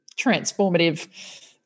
transformative